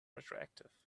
retroactive